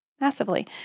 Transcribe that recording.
massively